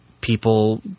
People